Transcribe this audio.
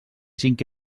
cinc